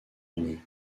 unis